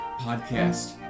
podcast